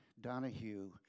Donahue